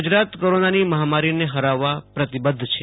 ગુજરાત કોરોનાની મહામારીને હરાવવા પ્રતિબદ્ધ છે